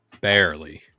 Barely